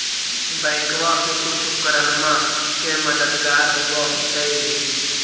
बैंकबा से कुछ उपकरणमा के मददगार होब होतै भी?